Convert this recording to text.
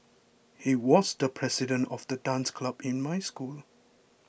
he was the president of the dance club in my school